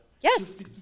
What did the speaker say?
Yes